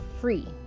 free